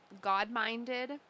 god-minded